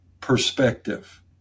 perspective